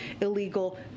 illegal